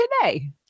today